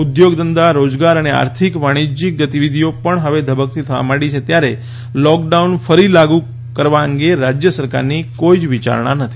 ઉદ્યોગ ધંધા રોજગાર અને આર્થિક વાણિજ્યિક ગતિવિધિઓ પણ હવે ધબકતી થવા માંડી છે ત્યારે લોકડાઉન ફરી લાગુ કરવા અંગે રાજ્ય સરકારની કોઈ જ વિચારણા નથી